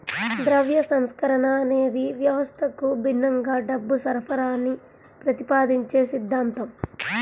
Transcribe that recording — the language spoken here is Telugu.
ద్రవ్య సంస్కరణ అనేది వ్యవస్థకు భిన్నంగా డబ్బు సరఫరాని ప్రతిపాదించే సిద్ధాంతం